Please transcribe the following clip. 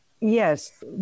Yes